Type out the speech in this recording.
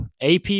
AP